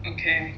okay